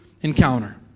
encounter